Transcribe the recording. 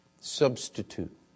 substitute